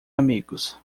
amigos